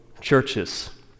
churches